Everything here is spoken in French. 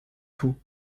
tout